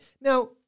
Now